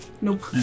Nope